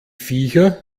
viecher